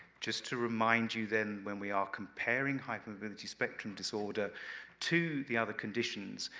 just to remind you then when we are comparing hypermobility spectrum disorder to the other conditions,